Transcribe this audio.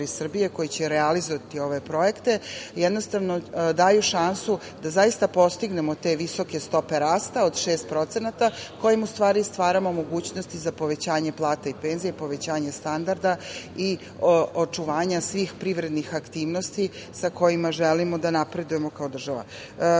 koji će realizovati ove projekte, daje šansu da zaista postignemo te visoke stope rasta od 6% kojim u stvari stvaramo mogućnosti za povećanje plata i penzija, povećanje standarda i očuvanja svih privrednih aktivnosti sa kojima želimo da napredujemo kao država. Bitno